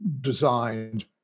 designed